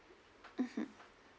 mmhmm